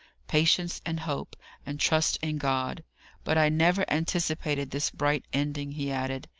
patience and hope and trust in god but i never anticipated this bright ending, he added.